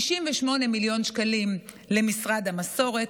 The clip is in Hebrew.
68 מיליון שקלים למשרד המסורת,